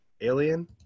Alien